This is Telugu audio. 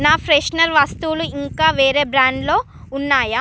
నా ఫ్రెషనర్ వస్తువులు ఇంకా వేరే బ్రాండ్లో ఉన్నాయా